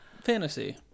Fantasy